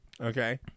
okay